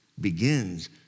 begins